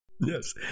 Yes